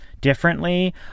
differently